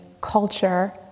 culture